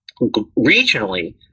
regionally